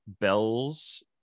Bell's